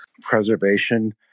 preservation